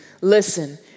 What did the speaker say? listen